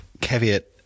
caveat